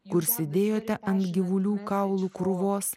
kur sėdėjote ant gyvulių kaulų krūvos